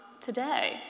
today